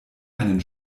einen